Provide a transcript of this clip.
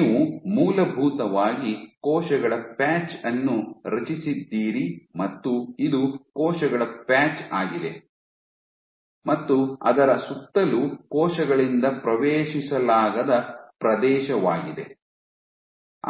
ನೀವು ಮೂಲಭೂತವಾಗಿ ಕೋಶಗಳ ಪ್ಯಾಚ್ ಅನ್ನು ರಚಿಸಿದ್ದೀರಿ ಮತ್ತು ಇದು ಕೋಶಗಳ ಪ್ಯಾಚ್ ಆಗಿದೆ ಮತ್ತು ಅದರ ಸುತ್ತಲೂ ಕೋಶಗಳಿಂದ ಪ್ರವೇಶಿಸಲಾಗದ ಪ್ರದೇಶವಾಗಿದೆ